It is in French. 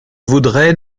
voudrais